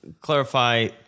Clarify